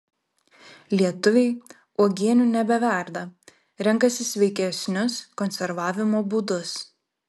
lietuviai uogienių nebeverda renkasi sveikesnius konservavimo būdus